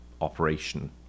operation